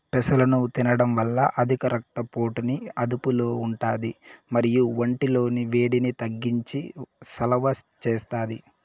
పెసలను తినడం వల్ల అధిక రక్త పోటుని అదుపులో ఉంటాది మరియు ఒంటి లోని వేడిని తగ్గించి సలువ చేస్తాది